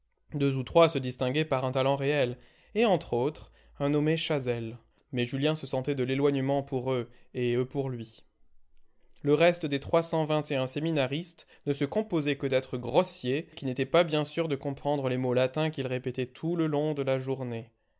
deux ou trois se distinguaient par un talent réel et entre autres un nommé chazel mais julien se sentait de l'éloignement pour eux et eux pour lui le reste des trois cent vingt et un séminaristes ne se composait que d'êtres grossiers qui n'étaient pas bien sûrs de comprendre les mots latins qu'ils répétaient tout le long de la journée